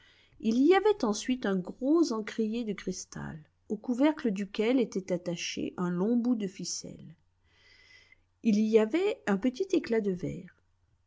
il y avait ensuite un gros encrier de cristal au couvercle duquel était attaché un long bout de ficelle il y avait un petit éclat de verre